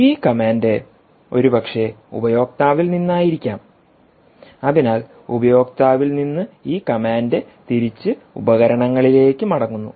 ഈ കമാൻഡ് ഒരുപക്ഷേ ഉപയോക്താവിൽ നിന്നായിരിക്കാം അതിനാൽ ഉപയോക്താവിൽ നിന്ന് ഈ കമാൻഡ് തിരിച്ച് ഉപകരണങ്ങളിലേക്ക് മടങ്ങുന്നു